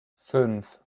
fünf